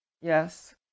yes